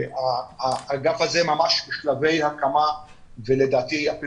האגף הזה ממש בשלבי הקמה ולדעתי בימים